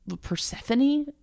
Persephone